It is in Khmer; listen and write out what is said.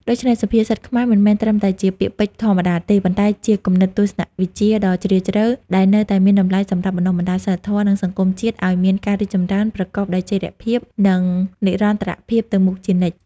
ដូច្នេះ សុភាសិតខ្មែរមិនមែនត្រឹមតែជាពាក្យពេចន៍ធម្មតាទេ ប៉ុន្តែជាគំនិតទស្សនវិជ្ជាដ៏ជ្រាលជ្រៅ ដែលនៅតែមានតម្លៃសម្រាប់បណ្តុះបណ្តាលសីលធម៌ និងសង្គមជាតិឲ្យមានការរីកចម្រើនប្រកបដោយចីរភាព និងនិរន្តរភាពទៅមុខជានិច្ច។